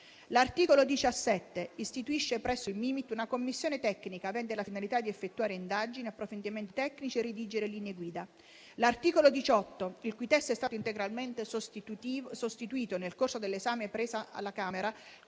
L'articolo 17 istituisce presso il Mimit una Commissione tecnica avente la finalità di effettuare indagini, approfondimenti tecnici e redigere linee guida. L'articolo 18, il cui testo è stato integralmente sostituito nel corso dell'esame presso la Camera,